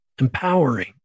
empowering